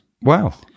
wow